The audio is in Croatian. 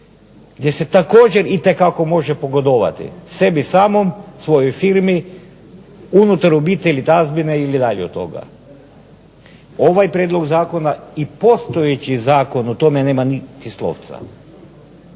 gdje se također itekako može pogodovati sebi samom, svojoj firmi, unutar obitelji, tazbine ili dalje od toga. Ovaj prijedlog zakona i postojeći zakon o tome nema niti slovca.